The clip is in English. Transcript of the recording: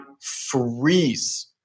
freeze